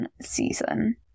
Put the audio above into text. season